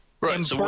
Right